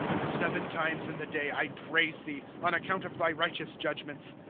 seven times in the day i praise thee, on account of thy righteous judgments.